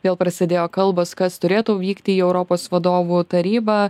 vėl prasidėjo kalbos kas turėtų vykti į europos vadovų tarybą